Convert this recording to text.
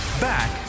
back